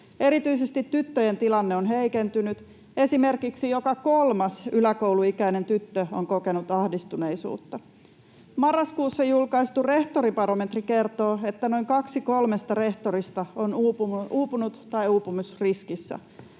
Erityisesti tyttöjen tilanne on heikentynyt. Esimerkiksi joka kolmas yläkouluikäinen tyttö on kokenut ahdistuneisuutta. Marraskuussa julkaistu rehtoribarometri kertoo, että noin kaksi kolmesta rehtorista on uupunut tai uupumisriskissä.